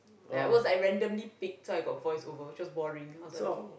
ya it was like randomly picked so I got voiceover it's just boring I was like okay